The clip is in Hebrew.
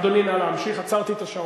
אדוני, נא להמשיך, עצרתי את השעון.